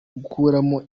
gukuramo